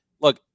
look